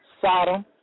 Sodom